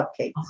Cupcakes